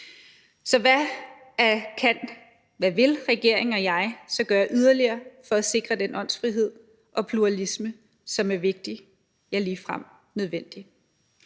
Så hvad vil regeringen og jeg så gøre yderligere for at sikre den åndsfrihed og pluralisme, som er vigtig, ja, ligefrem nødvendig?